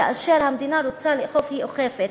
כאשר המדינה רוצה לאכוף, היא אוכפת.